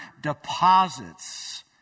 deposits